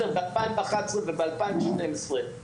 ב-2011 וב-2012,